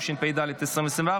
התשפ"ד 2024,